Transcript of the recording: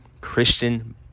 christian